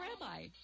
rabbi